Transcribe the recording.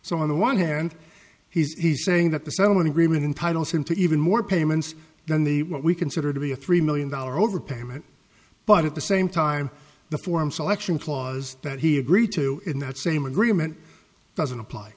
on the one hand he's saying that the settlement agreement entitle him to even more payments than the what we consider to be a three million dollar overpayment but at the same time the form selection clause that he agreed to in that same agreement doesn't apply